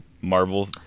Marvel